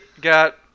got